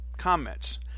comments